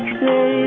say